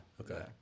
Okay